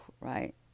right